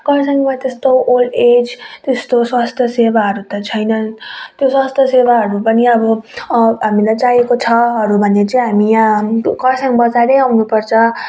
कर्सियङमा त्यस्तो old age त्यस्तो स्वास्थ्य सेवाहरू त छैनन् त्यो स्वास्थ्य सेवाहरू पनि अब हामीलाई चाहिएको छहरू भने चाहिँ हामी यहाँ कर्सियङ बजारै आउनुपर्छ